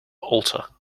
alter